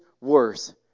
worse